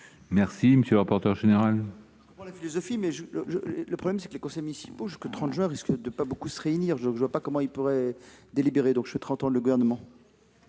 est à M. le rapporteur général.